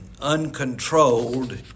uncontrolled